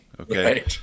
Okay